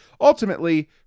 ultimately